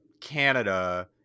canada